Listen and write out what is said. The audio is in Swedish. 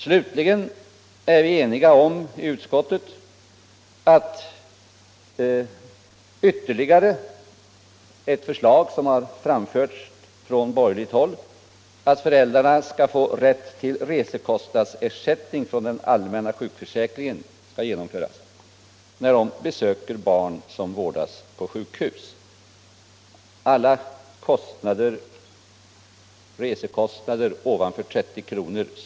Slutligen är vi eniga om i utskottet att ytterligare ett förslag som har framställts från borgerligt håll skall genomföras, nämligen att föräldrar skall få rätt till resekostnadsersättning från den allmänna sjukförsäkringen när de besöker barn som vårdas på sjukhus. Alla resekostnader utöver 30 kr.